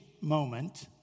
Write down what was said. moment